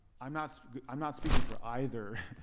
i'm not i'm not speaking for either